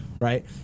right